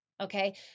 Okay